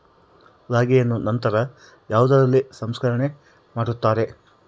ರಾಗಿಯನ್ನು ನಂತರ ಯಾವುದರಲ್ಲಿ ಸಂರಕ್ಷಣೆ ಮಾಡುತ್ತಾರೆ?